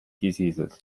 diseases